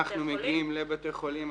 אנחנו מגיעים לבתי חולים,